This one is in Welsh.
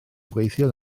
gweithio